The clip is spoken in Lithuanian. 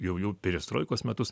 jau jau periestroikos metus